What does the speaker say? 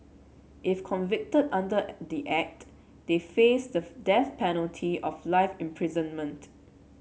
if convicted under the Act they face the death penalty of life imprisonment